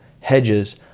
hedges